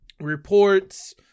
reports